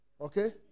Okay